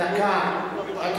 הצעה לסדר-היום זה, דקה.